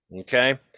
Okay